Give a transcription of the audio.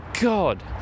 God